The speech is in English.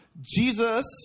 Jesus